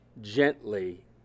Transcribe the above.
gently